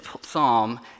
psalm